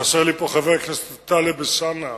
חסר לי פה חבר הכנסת טלב אלסאנע,